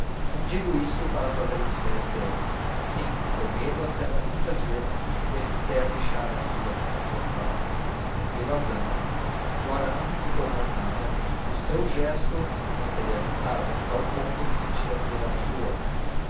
não digo isto para fazê-lo desmerecer sim porque o medo acerta muitas vezes e é mister deixar aqui esta reflexão veio a zanga flora não replicou mais nada e por seu gosto não teria jantado a tal ponto sentia piedade do outro